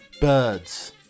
birds